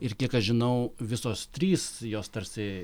ir kiek aš žinau visos trys jos tarsi